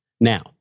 now